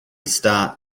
start